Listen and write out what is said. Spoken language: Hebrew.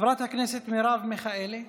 חברת הכנסת מרב מיכאלי,